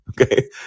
okay